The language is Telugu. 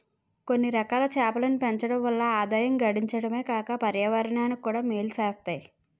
కొన్నిరకాల చేపలను పెంచడం వల్ల ఆదాయం గడించడమే కాక పర్యావరణానికి కూడా మేలు సేత్తాయి